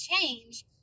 change